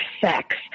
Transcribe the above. sex